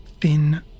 thin